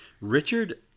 Richard